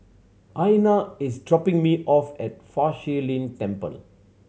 Aiyana is dropping me off at Fa Shi Lin Temple